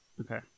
Okay